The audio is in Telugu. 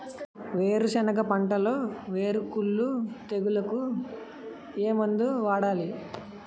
వేరుసెనగ పంటలో వేరుకుళ్ళు తెగులుకు ఏ మందు వాడాలి?